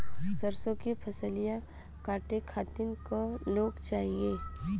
सरसो के फसलिया कांटे खातिन क लोग चाहिए?